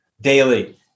daily